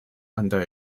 under